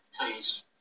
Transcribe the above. please